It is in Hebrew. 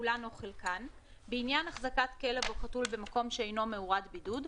כולן או חלקן, בעניין החזקת כלב או חתול במקום שאינו מאורת בידוד,